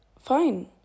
fine